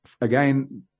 again